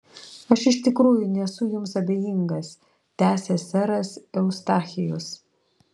aš iš tikrųjų nesu jums abejingas tęsė seras eustachijus